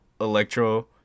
Electro